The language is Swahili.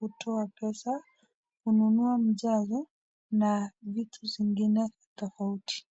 kutoa pesa, kununua mjazo na vitu zingine tofauti.